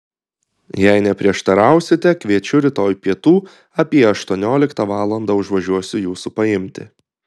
jei neprieštarausite kviečiu rytoj pietų apie aštuonioliktą valandą užvažiuosiu jūsų paimti